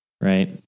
right